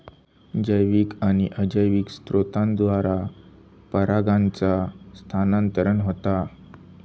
जैविक आणि अजैविक स्त्रोतांद्वारा परागांचा स्थानांतरण होता